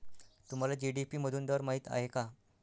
तुम्हाला जी.डी.पी मधून दर माहित आहे का?